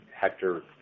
Hector